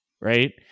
Right